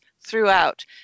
throughout